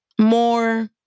more